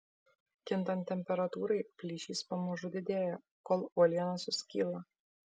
kintant temperatūrai plyšys pamažu didėja kol uoliena suskyla